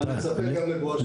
אבל מצפה גם לבואו של המשיח.